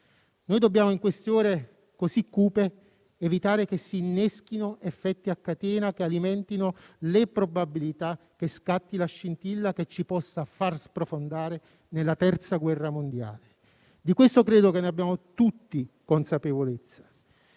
Noi dobbiamo in queste ore così cupe evitare che si inneschino effetti a catena che alimentino le probabilità che scatti la scintilla che ci possa far sprofondare nella terza guerra mondiale: di questo credo che ne abbiamo tutti consapevolezza.